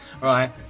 Right